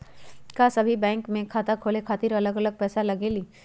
का सभी बैंक में खाता खोले खातीर अलग अलग पैसा लगेलि?